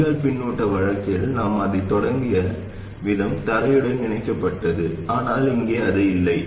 வடிகால் பின்னூட்ட வழக்கில் நாம் அதை தொடங்கிய விதம் தரையுடன் இணைக்கப்பட்டது ஆனால் இங்கே அது இல்லை